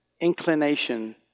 inclination